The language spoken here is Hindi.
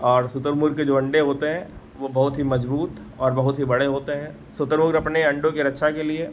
और शुतुरमुर्ग के जो अण्डे होते हैं वह बहुत ही मज़बूत और बहुत ही बड़े होते हैं शुतुरमुर्ग अपने अण्डों की रक्षा के लिए